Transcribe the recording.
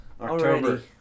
October